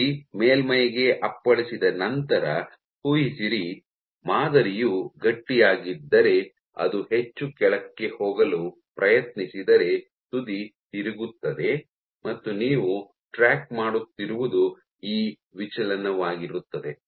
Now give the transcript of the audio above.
ತುದಿ ಮೇಲ್ಮೈಗೆ ಅಪ್ಪಳಿಸಿದ ನಂತರ ಊಹಿಸಿರಿ ಮಾದರಿಯು ಗಟ್ಟಿಯಾಗಿದ್ದರೆ ಅದು ಹೆಚ್ಚು ಕೆಳಕ್ಕೆ ಹೋಗಲು ಪ್ರಯತ್ನಿಸಿದರೆ ತುದಿ ತಿರುಗುತ್ತದೆ ಮತ್ತು ನೀವು ಟ್ರ್ಯಾಕ್ ಮಾಡುತ್ತಿರುವುದು ಈ ವಿಚಲನವಾಗಿರುತ್ತದೆ